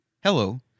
Hello